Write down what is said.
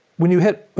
when you hit,